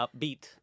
Upbeat